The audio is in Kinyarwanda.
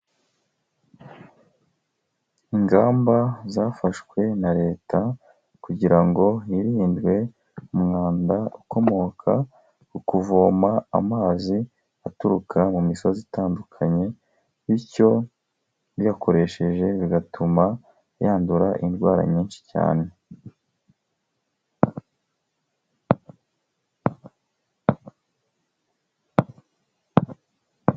Ingamba zafashwe na Leta kugira ngo hirindwe umwanda ukomoka ku kuvoma amazi aturuka mu misozi itandukanye, bityo uyakoresheje bigatuma yandura indwara nyinshi cyane.